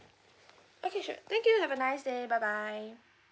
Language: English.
okay sure thank you have a nice day bye bye